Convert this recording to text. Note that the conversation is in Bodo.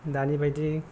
दानि बायदि